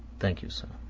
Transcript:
thank you, sir.